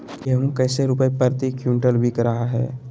गेंहू कैसे रुपए प्रति क्विंटल बिक रहा है?